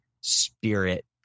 spirit